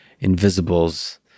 invisibles